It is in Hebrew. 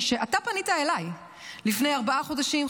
אתה פנית אליי לפני ארבעה חודשים,